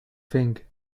thing